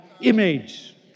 image